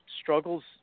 struggles